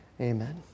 Amen